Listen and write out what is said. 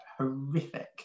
horrific